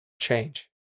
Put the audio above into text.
change